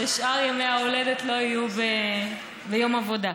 ששאר ימי ההולדת לא יהיו ביום עבודה,